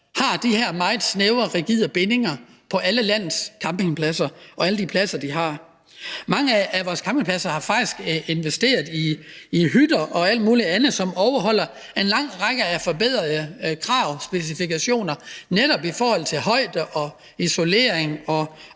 har de her meget snævre og rigide bindinger på alle landets campingpladser. Mange af vores campingpladser har faktisk investeret i hytter og alt muligt andet, som overholder en lang række forbedrede krav og specifikationer, netop i forhold til højde, isolering og